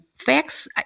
Facts